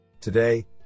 Today